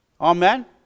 Amen